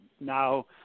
now